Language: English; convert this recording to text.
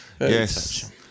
yes